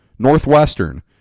Northwestern